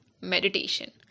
Meditation